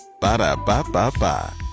Ba-da-ba-ba-ba